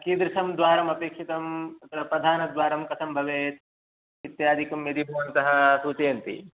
कीदृशं द्वारमपेक्षितं तत्र प्रधानद्वारं कथं भवेत् इत्यादिकं यदि भवन्तः सूचयन्ति